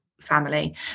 family